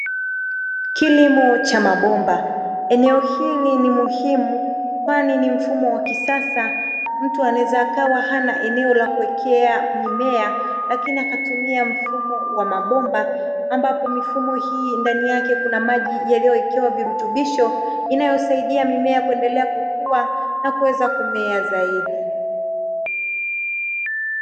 Kilimo cha mabomba. Eneo hili ni muhimu kwani ni mfumo wa kisasa. Mtu anaweza akawa hana eneo la kuwekea mimea, lakini akatumia mfumo wa mabomba ambapo mifumo hii, ndani yake kuna maji yaliyowekewa virutubisho inayosaidia mimea kuendelea kukua na kuweza kumea zaidi.